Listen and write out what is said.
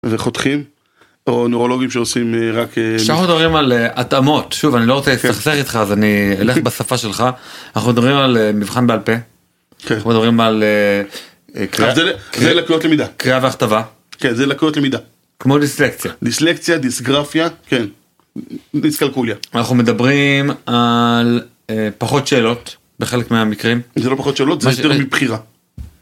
וחותכים או נוירולוגים שעושים אה... רק אה... רק... שאר הדברים על התאמות, שוב אני לא רוצה לסכסך איתך אז אני אלך בשפה שלך. אנחנו מדברים על אה.. מבחן בעל פה. כן. אנחנו מדברים על אה... אבל אתה יודע, זה לקויות למידה. קריאה והכתבה. כן, זה לקויות למידה. כמו דיסלקציה. דיסלקציה, דיסגרפיה, כן. דיסקלקוליה. אנחנו מדברים על אה... פחות שאלות, בחלק מהמקרים. זה לא פחות שאלות, זה יותר מבחירה.